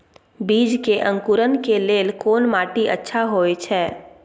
बीज के अंकुरण के लेल कोन माटी अच्छा होय छै?